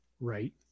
Right